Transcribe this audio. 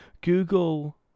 Google